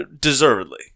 deservedly